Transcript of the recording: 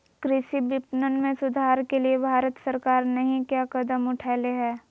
कृषि विपणन में सुधार के लिए भारत सरकार नहीं क्या कदम उठैले हैय?